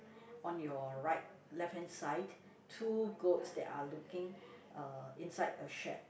on your right left hand side two goats that are looking uh inside a shed